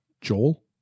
Joel